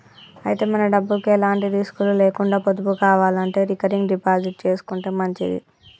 అయితే మన డబ్బుకు ఎలాంటి రిస్కులు లేకుండా పొదుపు కావాలంటే రికరింగ్ డిపాజిట్ చేసుకుంటే మంచిది